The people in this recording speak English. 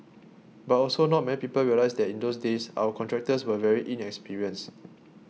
but also not many people realise that in those days our contractors were very inexperienced